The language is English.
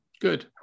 Good